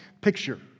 picture